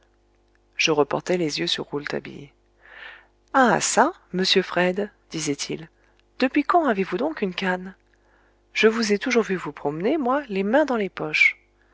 je reportai les yeux sur rouletabille ah çà monsieur fred disait-il depuis quand avezvous donc une canne je vous ai toujours vu vous promener moi les mains dans les poches